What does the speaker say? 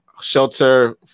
shelter